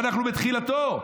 ואנחנו בתחילתו.